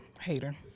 hater